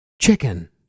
chicken